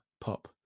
pop